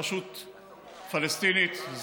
רשות פלסטינית,